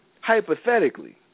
hypothetically